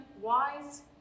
wise